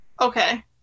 Okay